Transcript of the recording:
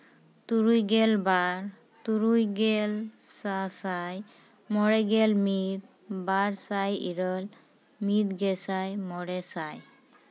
ᱛᱩᱨᱩᱭ ᱜᱮᱞ ᱵᱟᱨ ᱛᱩᱨᱩᱭ ᱜᱮᱞ ᱥᱟᱥᱟᱭ ᱢᱚᱬᱮ ᱜᱮᱞ ᱢᱤᱫ ᱵᱟᱨ ᱥᱟᱭ ᱤᱨᱟᱹᱞ ᱢᱤᱫ ᱜᱮᱥᱟᱭ ᱢᱚᱬᱮ ᱥᱟᱭ